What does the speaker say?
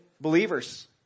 believers